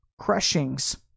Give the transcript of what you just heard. crushings